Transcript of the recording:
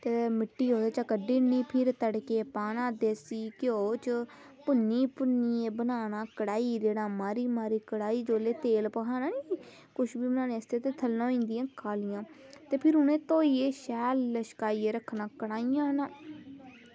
ते मिट्टी ओह्दे चा कड्ढी ओड़नी फिर तड़कियै पाना देसी घ्यो च ते में भुन्नियै बनाना कड़ाही देना मारी मारी कड़ाही जेल्लै तेल भखाना नी खुश्बू बनाने आस्तै थल्लै होई जंदियां कालियां ते फिर इनें धोइयै शैल लश्काइयै रक्खना कड़ाहियां ना